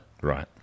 Right